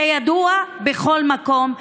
זה ידוע בכל מקום.